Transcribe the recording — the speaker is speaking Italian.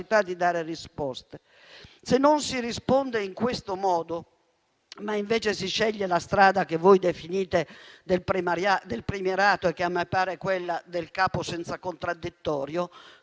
se non si risponde in questo modo, ma si sceglie la strada che voi definite del premierato e che a me pare quella del capo senza contraddittorio